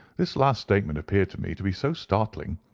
this last statement appeared to me to be so startling,